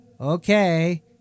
okay